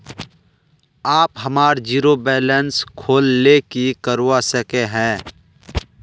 आप हमार zero balance खोल ले की करवा सके है?